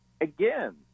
again